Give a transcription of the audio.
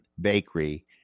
bakery